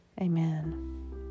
Amen